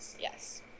Yes